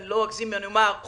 אני לא אגזים אם אומר חודשיים,